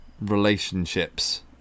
relationships